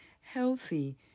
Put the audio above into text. healthy